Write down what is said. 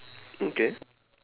okay